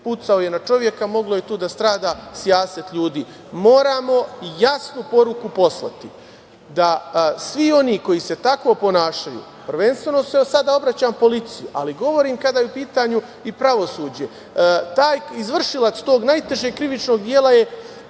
pucao je na čoveka, moglo je tu da strada sijaset ljudi. Moramo jasnu poruku poslati da svi oni koji se tako ponašaju, prvenstveno se sada obraćam policiji, ali govorim i kada je u pitanju pravosuđe… Izvršilac tog najtežeg krivičnog dela je